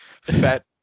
fat